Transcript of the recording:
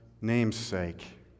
namesake